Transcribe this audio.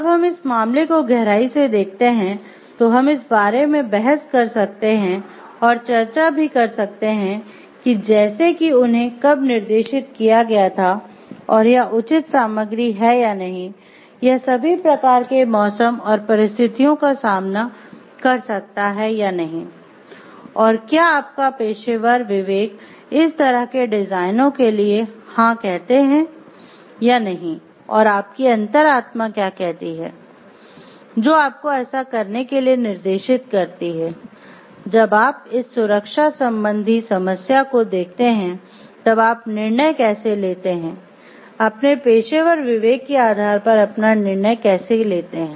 अब हम इस मामले को गहराई से देखते हैं तो हम इस बारे में बहस कर सकते हैं और चर्चा भी कर सकते हैं जैसे कि उन्हें कब निर्देशित किया गया था और यह उचित सामग्री है या नहीं यह सभी प्रकार के मौसम और परिस्थितियों का सामना कर सकता है या नहीं और क्या आपका "पेशेवर विवेक" इस तरह के डिजाइनों के लिए हाँ कहते हैं या नहीं और आपकी अंतरात्मा क्या कहती है जो आपको ऐसा करने के लिए निर्देशित करती है जब आप इस सुरक्षा संबंधी समस्या को देखते हैं तब आप निर्णय कैसे लेते हैं अपने पेशेवर विवेक के आधार पर अपना निर्णय कैसे लेते हैं